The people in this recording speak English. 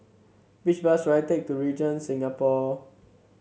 which bus should I take to Regent Singapore